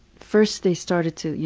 first they started to, you